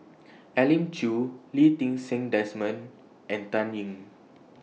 Elim Chew Lee Ti Seng Desmond and Dan Ying